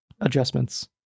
adjustments